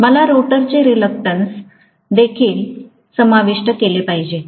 मला रोटरचे रिलक्टंस देखील समाविष्ट केले पाहिजे